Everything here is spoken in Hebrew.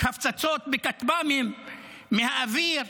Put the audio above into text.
הפצצות בכטב"מים מהאוויר,